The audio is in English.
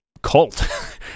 cult